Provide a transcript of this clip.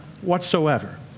whatsoever